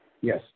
Yes